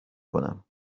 کنم